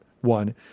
one